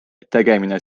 tegemine